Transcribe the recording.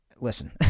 Listen